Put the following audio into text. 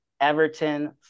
Everton